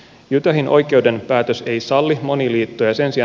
utahin oikeuden päätös ei salli moniliittoja